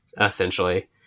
essentially